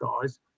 guys